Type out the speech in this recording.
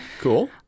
cool